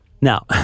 Now